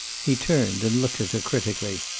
he turned and looked at her critically.